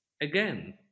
again